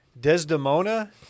Desdemona